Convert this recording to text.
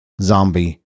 zombie